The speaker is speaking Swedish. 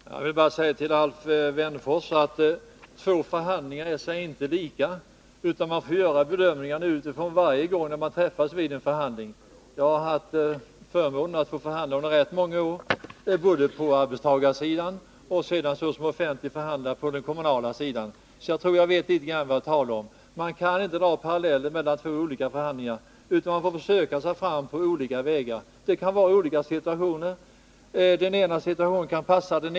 Fru talman! Jag vill bara säga till Alf Wennerfors att ingen förhandling är en annan lik. Man får varje gång, när man träffas vid en förhandling, göra nya bedömningar. Jag har haft förmånen att få förhandla under rätt många år på arbetstagarsidan, och jag har senast varit offentlig representant på den kommunala sidan. Jag tror alltså att jag vet litet vad jag talar om. Man kan inte dra paralleller mellan två olika förhandlingar, utan man får söka sig fram på olika vägar. Situationerna kan växla. I ett läge kan det passa att lägga fram ett visst förslag.